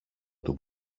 του